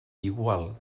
igual